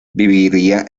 viviría